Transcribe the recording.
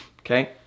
okay